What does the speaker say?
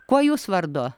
kuo jūs vardu